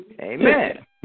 Amen